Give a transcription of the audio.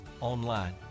online